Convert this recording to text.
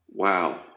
Wow